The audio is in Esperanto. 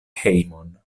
hejmon